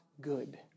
good